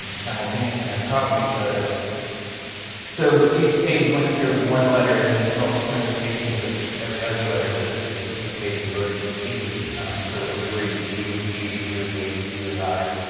simultaneously on top of each other so that each page went through one letter and it's all its permutations with every other letter. so, this is a page devoted to g so that it would read g with g, g with h, h with i.